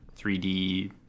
3d